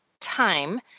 time